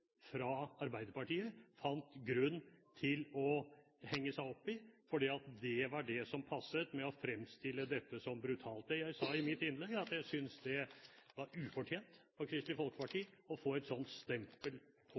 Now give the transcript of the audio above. fra Arbeiderpartiet fant grunn til å henge seg opp i, fordi det var det som passet med å fremstille dette som brutalt. Jeg sa i mitt innlegg at jeg syntes det var ufortjent at Kristelig Folkeparti skulle få et slikt stempel på